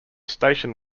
station